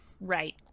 Right